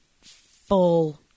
full